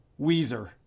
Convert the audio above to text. Weezer